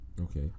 Okay